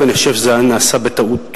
ואני חושב שזה נעשה בטעות.